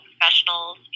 professionals